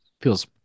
feels